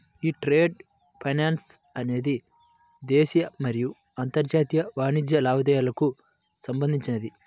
యీ trade finance అనేది దేశీయ మరియు అంతర్జాతీయ వాణిజ్య లావాదేవీలకు సంబంధించినది